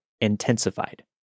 intensified